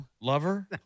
Lover